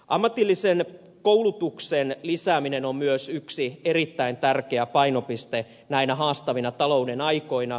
ammatillisen koulutuksen lisääminen on myös yksi erittäin tärkeä painopiste näinä haastavina talouden aikoina